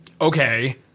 Okay